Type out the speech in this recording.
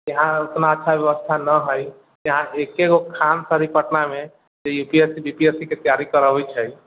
यहाँ ओतना अच्छा व्यवस्था नहि हइ यहाँके एगो खान सर हइ पटनामे U P S C B P S सीके तैयारी करबे छै